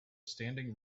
standing